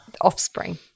offspring